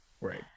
right